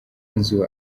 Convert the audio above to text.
nzu